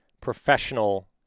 professional